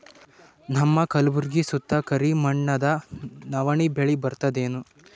ನಮ್ಮ ಕಲ್ಬುರ್ಗಿ ಸುತ್ತ ಕರಿ ಮಣ್ಣದ ನವಣಿ ಬೇಳಿ ಬರ್ತದೇನು?